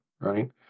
Right